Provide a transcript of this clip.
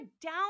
down